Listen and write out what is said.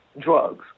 drugs